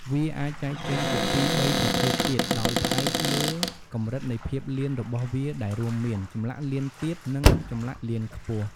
វាអាចចែកចេញជាពីរបីប្រភេទទៀតដោយផ្អែកលើកម្រិតនៃភាពលៀនរបស់វាដែលរួមមាន ចម្លាក់លៀនទាប និងចម្លាក់លៀនខ្ពស់។